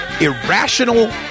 irrational